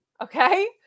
Okay